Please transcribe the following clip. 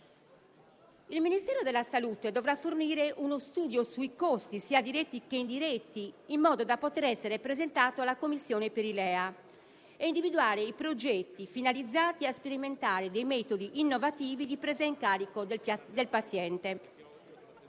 Il Ministero della salute dovrà fornire uno studio sui costi sia diretti che indiretti in modo da poter essere presentato alla Commissione per i LEA e individuare i progetti finalizzati a sperimentare dei metodi innovativi di presa in carico del paziente.